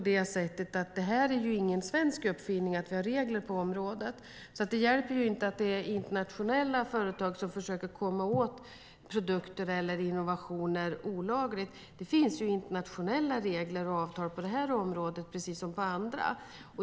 Det är ingen svensk uppfinning att vi har regler på det här området, så det hjälper inte att det är internationella företag som försöker komma åt produkter eller innovationer olagligt. Det finns internationella regler och avtal på det här området, precis som på andra.